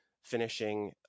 finishing